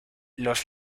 los